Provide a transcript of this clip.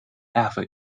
ever